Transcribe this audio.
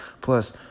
Plus